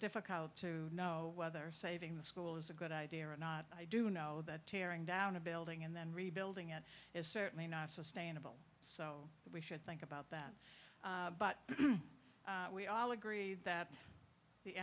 difficult to know whether saving the school is a good idea or not i do know that tearing down a building and then rebuilding it is certainly not sustainable so we should think about that but we all agree that the